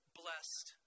blessed